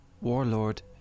warlord